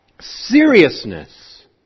seriousness